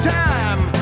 time